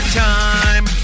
time